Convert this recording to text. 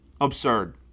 absurd